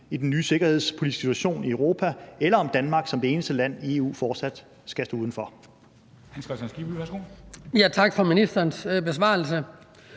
i den nye sikkerhedspolitiske situation i Europa, eller om Danmark som det eneste land i EU fortsat skal stå udenfor.